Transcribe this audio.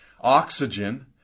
oxygen